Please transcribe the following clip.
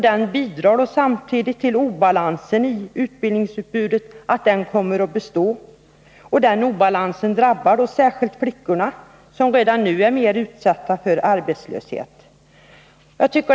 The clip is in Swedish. Den bidrar till att obalansen i utbildningsutbudet kommer att bestå. Den obalansen drabbar särskilt flickorna, som redan nu är mer utsatta för arbetslöshet.